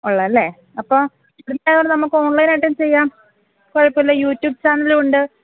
ഉള്ളൂ അല്ലേ അപ്പോള് നമുക്ക് ഓൺലൈൻ അറ്റെന്ഡ് ചെയ്യാം കുഴപ്പമില്ല യൂട്യൂബ് ചാനലുണ്ട്